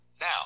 Now